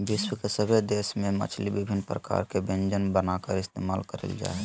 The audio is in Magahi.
विश्व के सभे देश में मछली विभिन्न प्रकार के व्यंजन बनाकर इस्तेमाल करल जा हइ